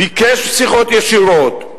ביקש שיחות ישירות,